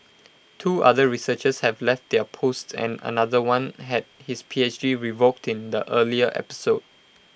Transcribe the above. two other researchers have left their posts and another one had his P H D revoked in the earlier episode